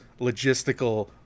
logistical